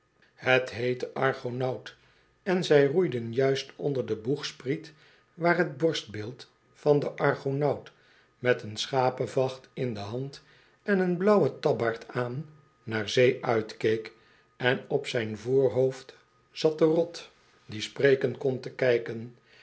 het heette argonaut en zij roeiden juist onder den boegspriet waar t borstbeeld van den argonaut met een schape vacht in de hand en een blauwen tabbaard aan naar zee uitkeek en op zijn voorhoofd zat de rot die spreken kon te kijken